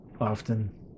often